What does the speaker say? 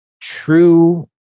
true